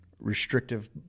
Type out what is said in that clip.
Restrictive